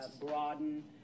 broaden